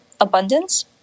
abundance